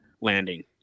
landing